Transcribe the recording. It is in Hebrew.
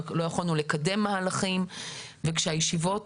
לא יכולנו לקדם מהלכים וכאשר הישיבות